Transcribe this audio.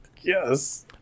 Yes